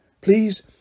Please